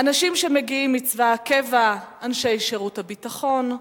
אנשים שמגיעים מצבא הקבע, אנשי שירות הביטחון,